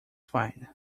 fine